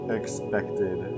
expected